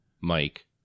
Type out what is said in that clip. Mike